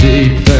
Deep